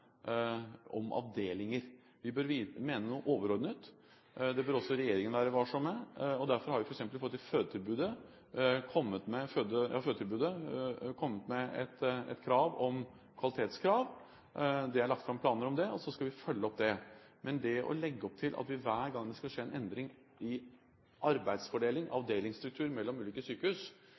om avdelinger. Vi bør mene noe overordnet. Det bør også regjeringen være varsom med. Derfor har vi f.eks. i forhold til fødetilbudet kommet med et kvalitetskrav. Det er lagt fram planer om det, og så skal vi følge det opp. Men det å legge opp til det hver gang det skal skje en endring i arbeidsfordeling, avdelingsstruktur, mellom ulike sykehus,